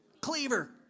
Cleaver